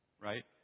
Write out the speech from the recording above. Right